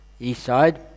Eastside